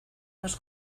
más